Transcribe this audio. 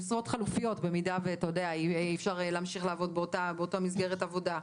במידה ואי אפשר להמשיך לעבוד באותה מסגרת עבודה?